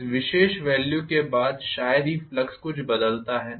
इस विशेष वेल्यू के बाद शायद ही फ्लक्स कुछ बदलता है